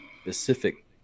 specific